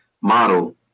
model